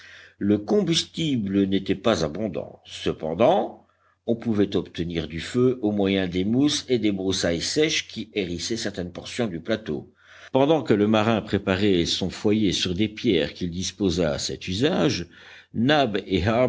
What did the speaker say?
le combustible n'était pas abondant cependant on pouvait obtenir du feu au moyen des mousses et des broussailles sèches qui hérissaient certaines portions du plateau pendant que le marin préparait son foyer sur des pierres qu'il disposa à cet usage nab